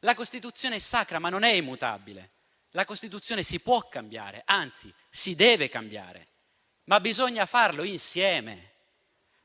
La Costituzione è sacra, ma non è immutabile. La Costituzione si può cambiare, anzi si deve cambiare, ma bisogna farlo insieme,